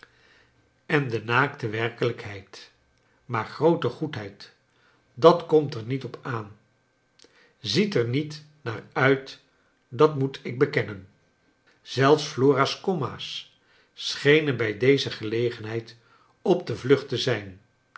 en de naakte werkelijkheid maar groote g oedheid dat komt er niet op aan ziet er niet naar uit dat moet ik bekennen zelfs flora's komma's schenen bij deze gelegenheid op de vlucht te zijn